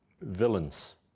villains